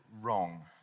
wrong